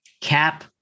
cap